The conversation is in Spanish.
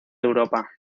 europa